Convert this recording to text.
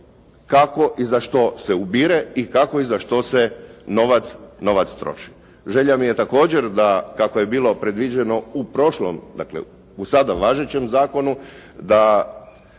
kako i za što se ubire i kako i za što se novac troši. Želja mi je također kako je bilo predviđeno u prošlom, dakle sada važećem zakonu, da